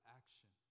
action